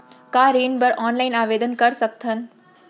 का ऋण बर ऑनलाइन आवेदन कर सकथन?